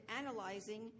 analyzing